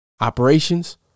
Operations